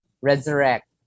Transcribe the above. resurrect